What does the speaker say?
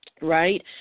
right